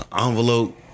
envelope